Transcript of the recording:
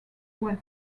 was